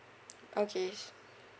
okays